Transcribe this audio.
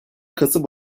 kasım